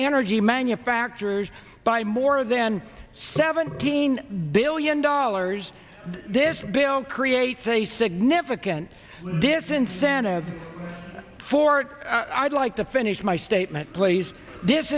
g manufacturers by more than seventeen billion dollars this bill creates a significant this incentive for i'd like to finish my statement please this